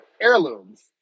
heirlooms